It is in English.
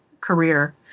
career